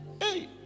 hey